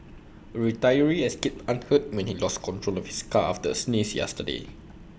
A retiree escaped unhurt when he lost control of his car after A sneeze yesterday